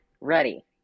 Ready